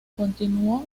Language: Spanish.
continuó